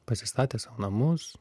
pasistatė sau namus